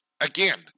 again